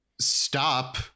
stop